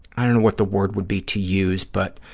i don't know what the word would be to use, but